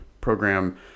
program